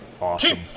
awesome